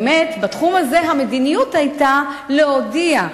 בתחום הזה המדיניות היתה להודיע,